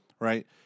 Right